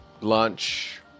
lunch